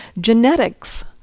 genetics